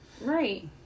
Right